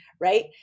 right